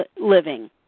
living